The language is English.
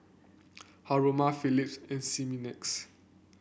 Haruma Phillips and Similac's